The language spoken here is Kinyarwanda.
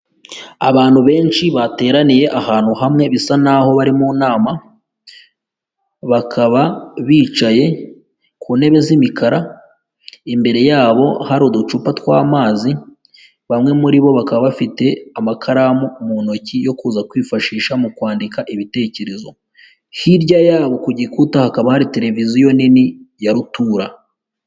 Abantu benshi bateraniye ahantu hamwe bisa n'aho bari mu nama bakaba bicaye ku ntebe z'imikara, imbere yabo hari uducupa tw'amazi bamwe muri bo bakaba bafite amakaramu mu ntoki yo kuza kwifashisha mu kwandika ibitekerezo, hirya yabo ku gikuta hakaba hari televiziyo nini ya rutura.